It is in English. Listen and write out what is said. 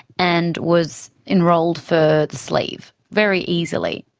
and was enrolled for the sleeve, very easily.